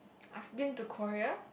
I have been to Korea